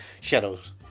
shadows